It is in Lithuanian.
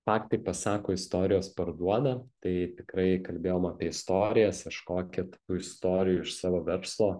faktai pasako istorijos parduoda tai tikrai kalbėjom apie istorijas ieškokit tų istorijų iš savo verslo